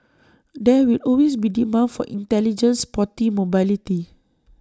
there will always be demand for intelligent sporty mobility